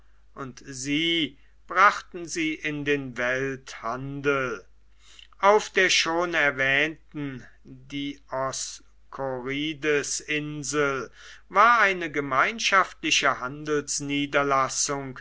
und sie brachten sie in den welthandel auf der schon erwähnten dioskorides insel war eine gemeinschaftliche